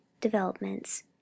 developments